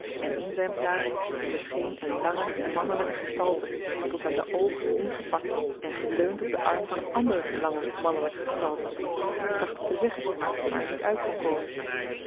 en in zijn plaats verscheen een lange mannelijke gestalte tot aan de oogen ingepakt en geleund op den arm van eene andere lange mannelijke gestalte die iets trachtte te zeggen maar er niet uit kon komen